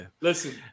Listen